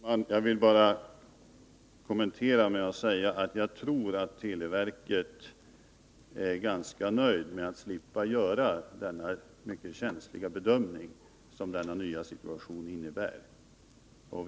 Herr talman! Jag vill bara göra den kommentaren att jag tror att televerket är ganska nöjt med att slippa göra den mycket känsliga bedömning som den nya situationen kräver.